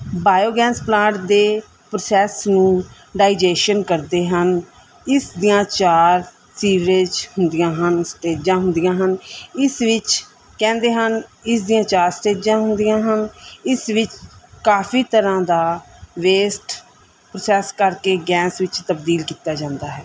biogas plant ਦੇ process ਨੂੰ digestion ਕਰਦੇ ਹਨ ਇਸ ਦੀਆਂ ਚਾਰ ਸੀਵਰੇਜ ਹੁੰਦੀਆਂ ਹਨ ਸਟੇਜਾਂ ਹੁੰਦੀਆਂ ਹਨ ਇਸ ਵਿੱਚ ਕਹਿੰਦੇ ਹਨ ਇਸ ਦੀਆਂ ਚਾਰ ਸਟੇਜਾਂ ਹੁੰਦੀਆਂ ਹਨ ਇਸ ਵਿੱਚ ਕਾਫੀ ਤਰ੍ਹਾਂ ਦਾ ਵੇਸਟ ਪ੍ਰੋਸੈਸ ਕਰਕੇ ਗੈਂਸ ਵਿੱਚ ਤਬਦੀਲ ਕੀਤਾ ਜਾਂਦਾ ਹੈ